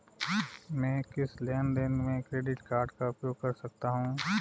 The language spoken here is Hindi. मैं किस लेनदेन में क्रेडिट कार्ड का उपयोग कर सकता हूं?